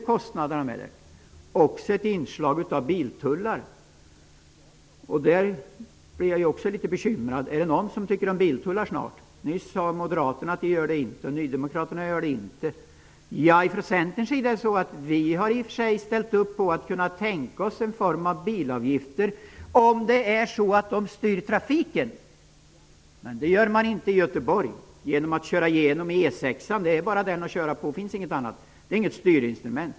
Även på den punkten är jag litet bekymrad. Snart finns det kanske ingen kvar som tycker om biltullar. Moderaterna sade nyss att de inte gör det, och inte heller nydemokraterna gör det. Vi har från Centerns sida i och för sig ställt oss bakom någon form av bilavgifter, om de används för att styra trafiken, men så skall man inte göra i Göteborg. Det kommer inte att finnas något annat alternativ för genomfartstrafiken än E 6. Bilavgifter blir då inget styrinstrument.